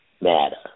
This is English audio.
matter